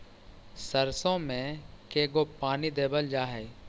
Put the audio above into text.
सरसों में के गो पानी देबल जा है?